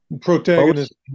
Protagonist